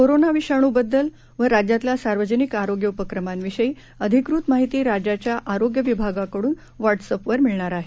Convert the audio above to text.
corona विषाणू बद्दल व राज्यातल्या सार्वजनिक आरोग्य उपक्रमांविषयी अधिकृत माहिती राज्याच्या आरोग्य विभागाकडून व्हॉट्सअपवर मिळणार आहे